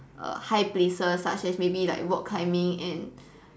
err high places such as maybe rock climbing and